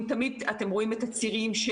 לכן לדעתי הנתונים האלה לא מייצגים.